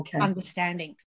understanding